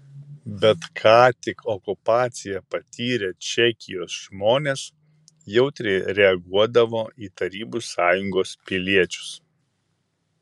bet ką tik okupaciją patyrę čekijos žmonės jautriai reaguodavo į tarybų sąjungos piliečius